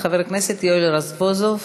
חבר הכנסת יואל רזבוזוב,